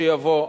שיבוא,